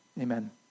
amen